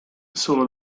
solo